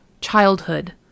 childhood